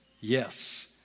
yes